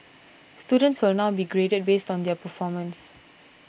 students will now be graded based on their own performance